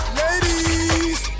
ladies